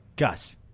Gus